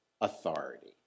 authority